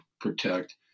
protect